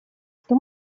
что